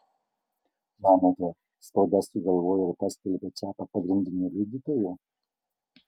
manote spauda sugalvojo ir paskelbė čiapą pagrindiniu liudytoju